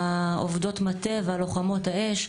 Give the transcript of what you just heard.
עובדות המטה ולוחמות האש,